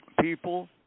people